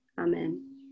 Amen